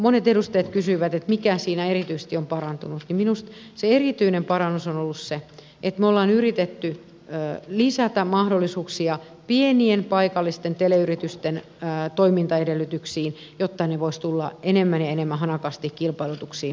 monet edustajat kysyivät mikä siinä erityisesti on parantunut ja minusta se erityinen parannus on ollut se että me olemme yrittäneet lisätä mahdollisuuksia pienien paikallisten teleyritysten toimintaedellytyksille jotta ne voisivat tulla enemmän ja enemmän hanakasti kilpailutuksiin mukaan